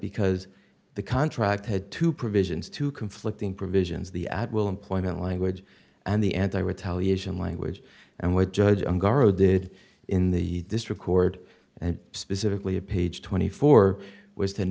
because the contract had two provisions two conflicting provisions the at will employment language and the anti retaliation language and what judge garro did in the this record and specifically of page twenty four was t